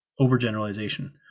overgeneralization